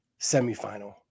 semifinal